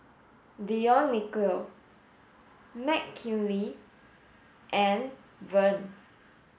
Dionicio Mckinley and Vern